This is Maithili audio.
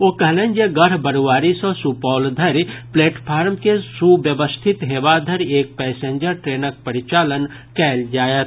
ओ कहलनि जे गढ़बरूआरी सॅ सुपौल धरि प्लेटफार्म के सुव्यवस्थित हेबा धरि एक पैसेंजर ट्रेनक परिचालन कयल जायत